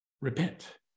repent